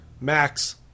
Max